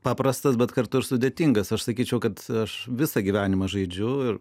paprastas bet kartu ir sudėtingas aš sakyčiau kad aš visą gyvenimą žaidžiu ir